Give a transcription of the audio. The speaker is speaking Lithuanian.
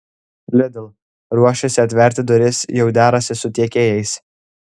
lidl ruošiasi atverti duris jau derasi su tiekėjais